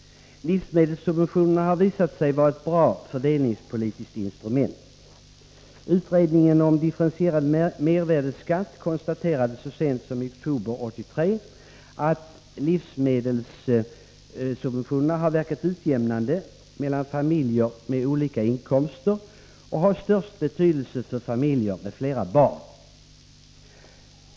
Livsmedelssubventionerna har visat sig vara ett bra fördelningspolitiskt instrument. Utredningen om differentierad mervärdeskatt konstaterade så sent som i oktober 1983 att livsmedelssubventionerna har verkat utjämnande mellan familjer med olika inkomster och har störst betydelse för familjer med flera barn.